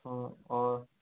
आं हय